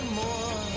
more